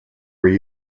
were